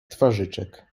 twarzyczek